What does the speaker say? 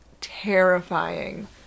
terrifying